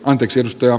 anteeksi spö